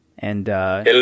Hello